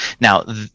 now